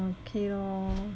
okay lor